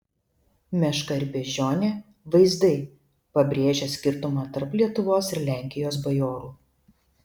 meška ir beždžionė vaizdai pabrėžią skirtumą tarp lietuvos ir lenkijos bajorų